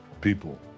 people